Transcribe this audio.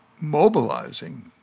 mobilizing